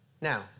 Now